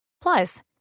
Plus